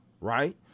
right